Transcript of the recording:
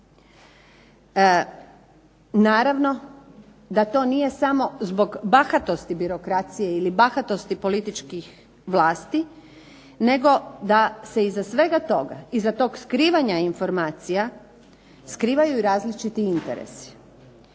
Naravno da to nije samo zbog bahatosti birokracije ili bahatosti političkih vlasti, nego da se iza svega toga iza skrivanja informacija skrivaju i različiti interesi.